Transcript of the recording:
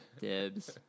Dibs